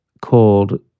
called